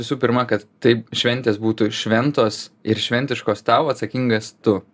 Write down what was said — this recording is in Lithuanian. visų pirma kad taip šventės būtų šventos ir šventiškos tau atsakingas tu